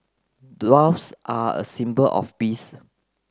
doves are a symbol of peace